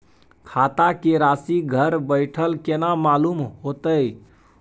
खाता के राशि घर बेठल केना मालूम होते?